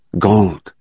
Gold